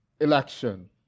election